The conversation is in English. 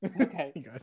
Okay